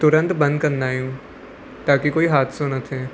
तुरंत बंदि कंदा आहियूं ताकी कोई हादसो न थिए